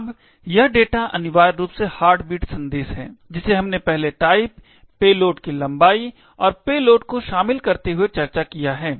अब यह डेटा अनिवार्य रूप से हार्टबीट संदेश है जिसे हमने पहले टाइप पेलोड की लंबाई और पेलोड को शामिल करते हुए चर्चा किया है